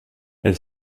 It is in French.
elle